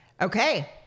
Okay